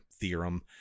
Theorem